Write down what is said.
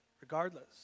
regardless